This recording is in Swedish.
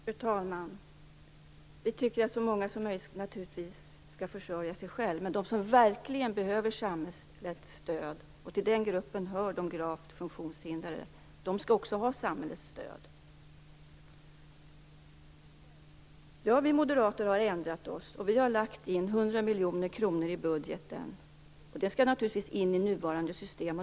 Fru talman! Vi tycker naturligtvis att så många som möjligt skall försörja sig själva. Men de som verkligen behöver samhällets stöd, och till den gruppen hör de gravt funktionshindrade, skall också ha samhällets stöd. Ja, vi moderater har ändrat oss. Vi har avsatt 100 miljoner kronor i budgeten, vilket naturligtvis skall in i nuvarande system.